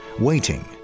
waiting